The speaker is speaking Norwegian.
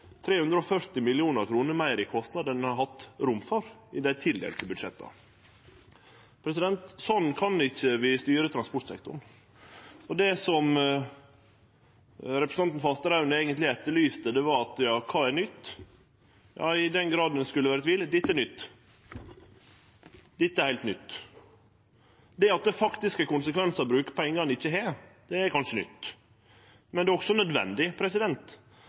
340 mill. kr meir i kostnadar enn ein har hatt rom for i dei tildelte budsjetta. Sånn kan vi ikkje styre transportsektoren. Det som representanten Fasteraune eigentleg etterlyste, var: Kva er nytt? Ja, i den grad ein skulle vere i tvil: Dette er nytt. Dette er heilt nytt. Det at det faktisk har konsekvensar å bruke pengar ein ikkje har, er kanskje nytt, men det er også nødvendig,